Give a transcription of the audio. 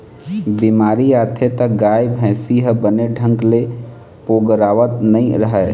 बेमारी आथे त गाय, भइसी ह बने ढंग ले पोगरावत नइ रहय